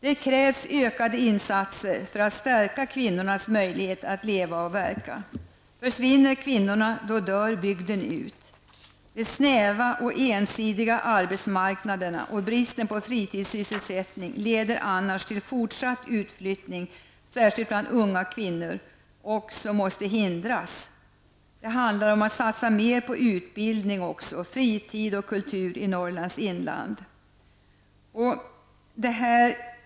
Det krävs ökade insatser för att stärka kvinnornas möjlighet att leva och verka. Försvinner kvinnorna, dör bygden ut. De snäva och ensidiga arbetsmarknaderna och bristen på fritidssysselsättning leder annars till fortsatt utflyttning -- särskilt bland unga kvinnor -- som måste hindras. Det handlar också om att satsa mer på utbildning, fritid och kultur i Norrlands inland.